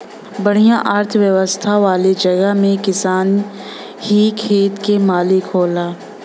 बढ़िया अर्थव्यवस्था वाले जगह में किसान ही खेत क मालिक होला